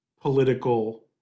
political